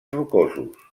rocosos